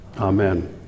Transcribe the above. Amen